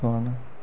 हून